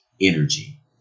energy